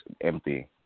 empty